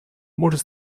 может